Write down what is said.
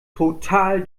total